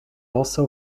also